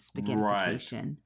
Right